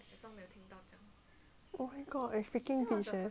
oh my god eh freaking bitch eh